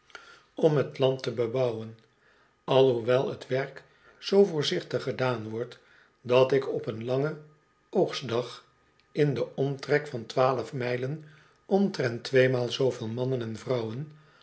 om t land te bebouwen alhoewel t werk zoo voorzichtig gedaan wordt dat ik op een langen oogstdag in den omtrek van twaalf mijlen omtrent tweemaal zooveel mannen en vrouwen